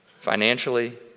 Financially